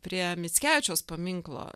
prie mickevičiaus paminklo